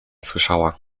słyszała